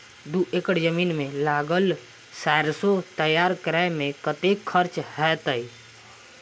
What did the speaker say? दू एकड़ जमीन मे लागल सैरसो तैयार करै मे कतेक खर्च हेतै?